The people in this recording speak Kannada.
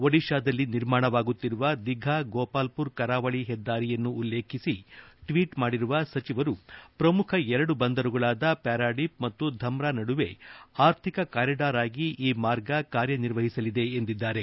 ಒಡಿಶಾದಲ್ಲಿ ನಿರ್ಮಾಣವಾಗುತ್ತಿರುವ ದಿಘಾ ಗೋಪಾಲ್ಪುರ್ ಕರಾವಳಿ ಹೆದ್ದಾರಿಯನ್ನು ಉಲ್ಲೇಖಿಸಿ ಟ್ವೀಟ್ ಮಾಡಿರುವ ಸಚಿವರು ಶ್ರಮುಖ ಎರಡು ಬಂದರುಗಳಾದ ಪ್ಹಾರಾಡಿಪ್ ಮತ್ತು ಧಮ್ರಾ ನಡುವೆ ಆರ್ಥಿಕ ಕಾರಿಡಾರ್ ಆಗಿ ಈ ಮಾರ್ಗ ಕಾರ್ಯನಿರ್ವಹಿಸಲಿದೆ ಎಂದಿದ್ದಾರೆ